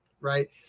Right